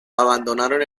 abandonaron